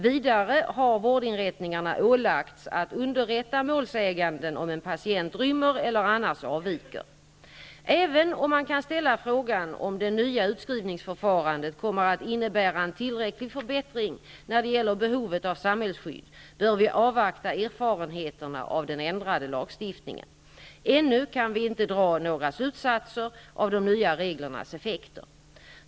Vidare har vårdinrättningarna ålagts att underrätta målsäganden om en patient rymmer eller annars avviker. Även om man kan ställa frågan om det nya utskrivningsförfarandet kommer att innebära en tillräcklig förbättring när det gäller behovet av samhällsskydd, bör vi avvakta erfarenheterna av den ändrade lagstiftningen. Ännu kan vi ju inte dra några säkra slutsatser av de nya reglernas effekter.